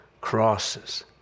crosses